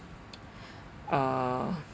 uh